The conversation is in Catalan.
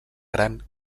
gran